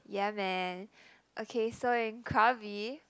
yeah man okay so in Krabi